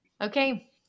Okay